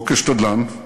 לא כשתדלן,